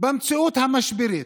גם במציאות המשברית,